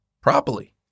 properly